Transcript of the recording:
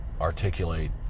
Articulate